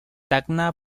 tacna